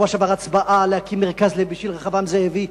מהשבוע שעבר הצבעה להקים מרכז בשביל רחבעם זאבי,